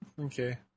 Okay